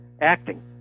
acting